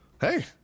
hey